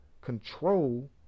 Control